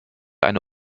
eine